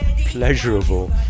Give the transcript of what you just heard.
pleasurable